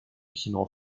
kino